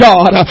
God